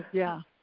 yeah,